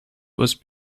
was